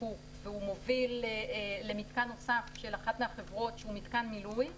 זיקוק והוא מוביל למיתקן נוסף של אחת מהחברות שהוא מיתקן מילוי,